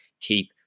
keep